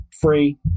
free